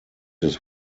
his